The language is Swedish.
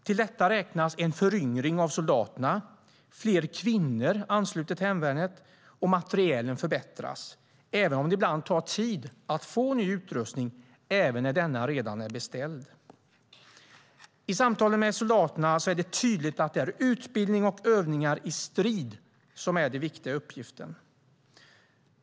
Till detta räknas en föryngring av soldaterna, att fler kvinnor ansluter till hemvärnet och att materielen förbättras, även om det ibland tar tid att få ny utrustning även när denna redan är beställd. I samtalen med soldaterna är det tydligt att det är utbildning och övningar i strid som är det viktiga i uppgiften.